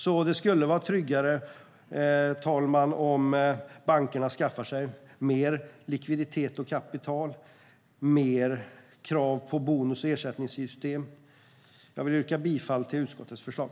Det skulle alltså vara tryggare, fru talman, om bankerna skaffade sig mer likviditet och kapital och högre krav på bonus och ersättningssystem. Jag yrkar bifall till utskottets förslag.